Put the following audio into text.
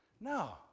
No